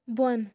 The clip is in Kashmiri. بۄن